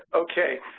okay.